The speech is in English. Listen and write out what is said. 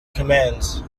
commands